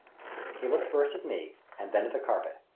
he looked first at me and then at the carpet.